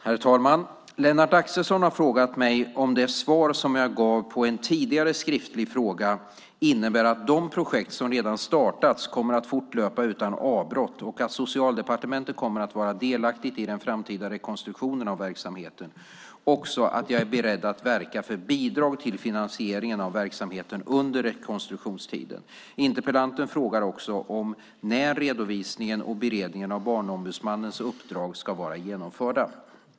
Herr talman! Lennart Axelsson har frågat mig om det svar som jag gav på en tidigare skriftlig fråga innebär att de projekt som redan startats kommer att fortlöpa utan avbrott och att Socialdepartementet kommer att vara delaktigt i den framtida rekonstruktionen av verksamheten - också att jag är beredd att verka för bidrag till finansieringen av verksamheten under rekonstruktionstiden. Interpellanten frågar också om när redovisningen och beredningen av Barnombudsmannens uppdrag ska vara genomförda.